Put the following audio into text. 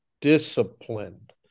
disciplined